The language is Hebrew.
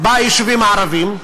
ביישובים הערביים.